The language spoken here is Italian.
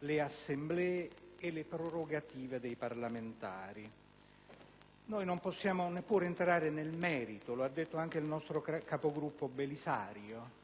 le Assemblee e le prerogative dei parlamentari. Noi non possiamo neppure entrare nel merito, lo ha detto anche il nostro Capogruppo, Belisario,